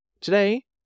Today